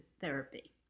therapy